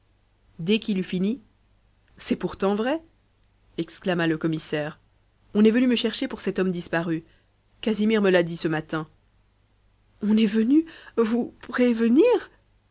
dès qu'il eut fini c'est pourtant vrai exclama le commissaire on est venu me chercher pour cet homme disparu casimir me l'a dit ce matin on est venu vous pré ve nir